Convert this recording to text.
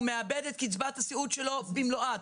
הוא מאבד את קצבת הסיעוד שלו במלואה,